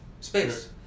Space